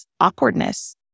awkwardness